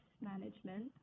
management